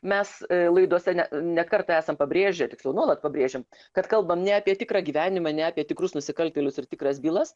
mes laidose ne ne kartą esam pabrėžę tiksliau nuolat pabrėžiam kad kalbam ne apie tikrą gyvenimą ne apie tikrus nusikaltėlius ir tikras bylas